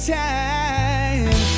time